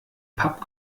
pub